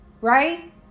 right